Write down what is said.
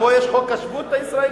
כמו שיש חוק השבות הישראלי,